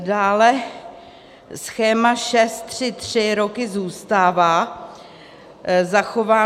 Dále schéma 6 3 3 roky zůstává zachováno.